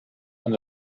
and